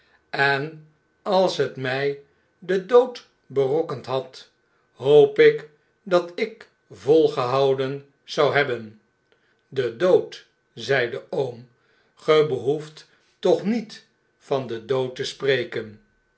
en als het mij den dood berokkend had hoop ik dat ik volgehouden zouhebben de dood zei de oom ge behoeft toch niet van den dood te spreken